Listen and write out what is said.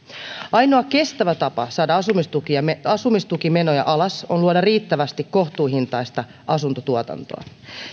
ainoa kestävä tapa saada asumistukimenoja alas on luoda riittävästi kohtuuhintaista asuntotuotantoa